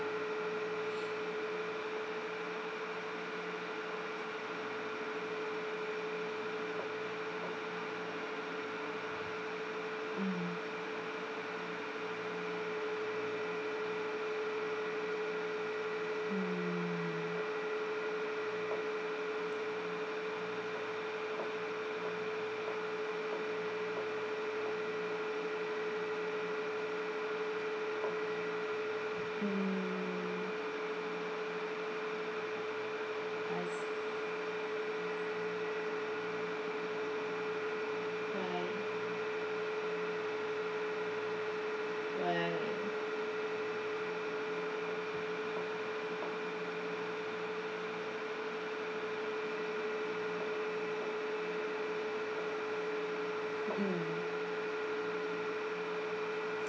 mm mm mm mm